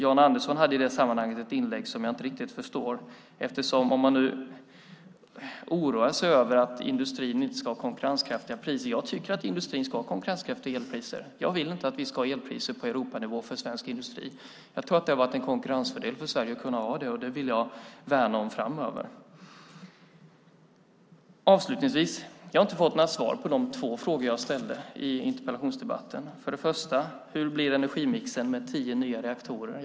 Jan Andersson hade i det sammanhanget ett inlägg som jag inte riktigt förstår. Man oroar sig över att industrin inte kommer att ha konkurrenskraftiga priser. Jag tycker att industrin ska ha konkurrenskraftiga elpriser. Jag vill inte att vi ska ha elpriser på Europanivå för svensk industri. Jag tror att detta har varit en konkurrensfördel för Sverige. Det vill jag värna om framöver. Avslutningsvis: Jag har inte fått några svar på de två frågor jag ställt i interpellationsdebatten. För det första: Hur blir energimixen med tio nya reaktorer?